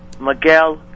Miguel